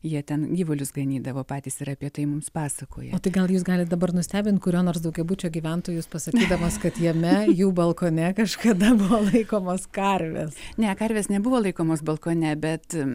jie ten gyvulius ganydavo patys ir apie tai mums pasakojo tai gal jūs galit dabar nustebint kurio nors daugiabučio gyventojus pasakydamas kad jame jų balkone kažkada buvo laikomos karvės ne karvės nebuvo laikomos balkone bet